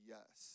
Yes